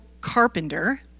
carpenter